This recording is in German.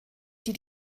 die